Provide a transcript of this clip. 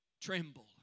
tremble